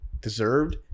deserved